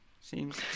seems